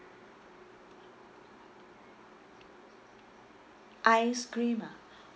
ice cream ah